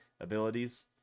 abilities